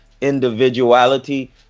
individuality